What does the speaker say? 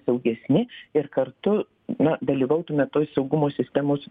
saugesni ir kartu na dalyvautume toj saugumo sistemos